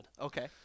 Okay